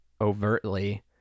overtly